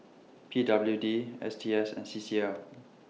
P W D S T S and C C L